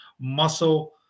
muscle